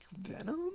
Venom